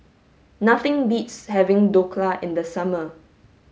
nothing beats having Dhokla in the summer